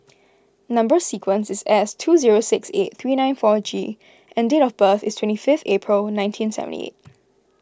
Number Sequence is S two zero six eight three nine four G and date of birth is twenty fifth April nineteen seventy eight